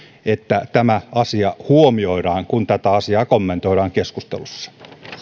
että tämä asia huomioidaan kun tätä asiaa kommentoidaan keskustelussa